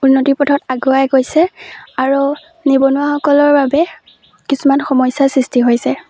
উন্নতি পথত আগুৱাই গৈছে আৰু নিবনুৱাসকলৰ বাবে কিছুমান সমস্যাৰ সৃষ্টি হৈছে